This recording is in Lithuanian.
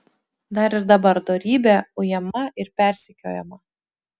dar ir dabar dorybė ujama ir persekiojama